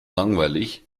langweilig